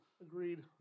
Agreed